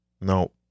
no